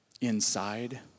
inside